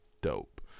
dope